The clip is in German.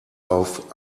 auf